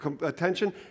attention